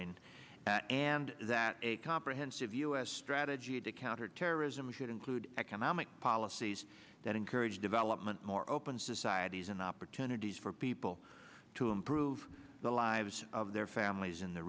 reign and that a comprehensive u s strategy to counter terrorism should include economic policies that encourage development more open societies and opportunities for people to improve the lives of their families in the